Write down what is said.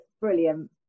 brilliant